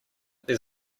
there